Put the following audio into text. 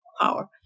power